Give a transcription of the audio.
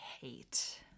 hate